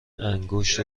انگشت